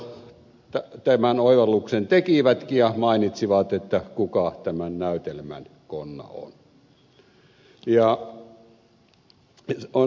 ukkola jo tämän oivalluksen tekivätkin ja mainitsivat kuka tämän näytelmän konna on